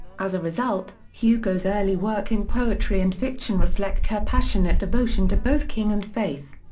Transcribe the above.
as a result, hugo's early work in poetry and fiction reflect her passionate devotion to both king and faith.